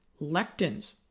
lectins